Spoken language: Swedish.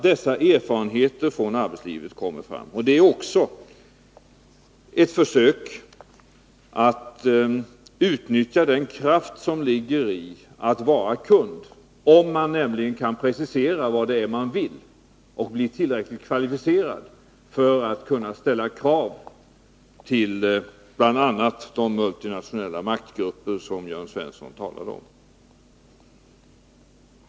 Det är också ett försök att utnyttja den kraft som ligger i att vara kund, i den meningen att man kan precisera vad det är man vill och bli tillräckligt kvalificerad för att kunna ställa krav bl.a. gentemot de multinationella maktgrupper som Jörn Svensson talade om.